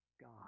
God